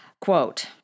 Quote